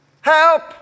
Help